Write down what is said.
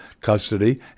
custody